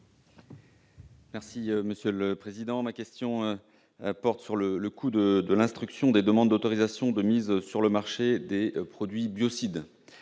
écologique et solidaire. Ma question porte sur le coût de l'instruction des demandes d'autorisation de mise sur le marché des produits biocides.